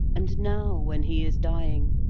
and now, when he is dying,